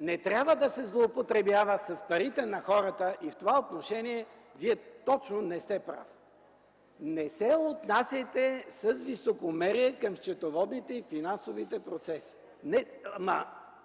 не трябва да се злоупотребява с парите на хората. В това отношение Вие точно не сте прав. Не се отнасяйте с високомерие към счетоводните и финансовите процеси. (Реплики от КБ.)